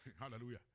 Hallelujah